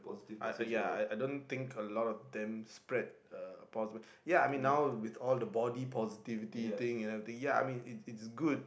I ya I don't think a lot of them spread uh a positive ya I mean now with all the body positivity thing ya I mean it's it's good